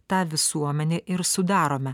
tą visuomenę ir sudarome